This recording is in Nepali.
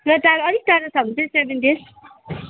र टाढो अलिक टाढो छ भने चाहिँ सेभेन डेज